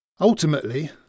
Ultimately